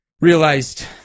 realized